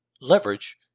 leverage